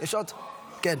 התכנון והבנייה